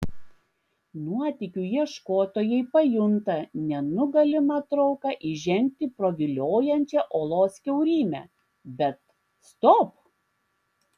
nuotykių ieškotojai pajunta nenugalimą trauką įžengti pro viliojančią olos kiaurymę bet stop